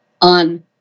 on